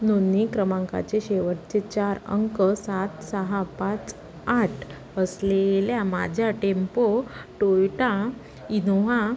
नोंदणी क्रमांकाचे शेवटचे चार अंक सात सहा पाच आठ असलेल्या माझ्या टेम्पो टोयोटा इनोव्हा